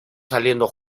saliendo